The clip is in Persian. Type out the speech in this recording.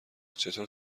چطور